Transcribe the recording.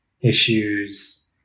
issues